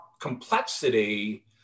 complexity